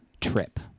trip